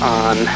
on